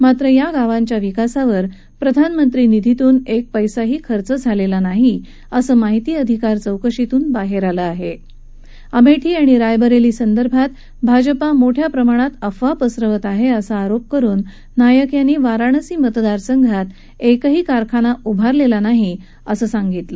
मात्र या गावांच्या विकासावर प्रधानमंत्री निधीतून एक पप्पिही खर्च क्ला नाही असं माहिती अधिकार चौकशीतनं बाह आलं आह अमक्ती आणि रायबर स्त्रीसंदर्भात भाजपा मोठ्या प्रमाणात अफवा पसरवत आहा असा आरोप करून नायक यांनी वाराणसी मतदारसंघात एक कारखानाही उभारला नाही असंही सांगितलं